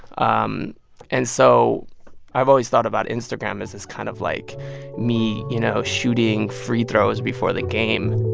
um and so i've always thought about instagram as this kind of like me, you know, shooting free throws before the game